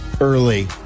early